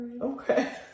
okay